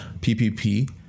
PPP